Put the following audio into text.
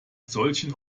solchen